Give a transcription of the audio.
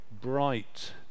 bright